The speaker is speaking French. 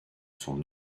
son